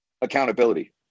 accountability